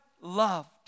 loved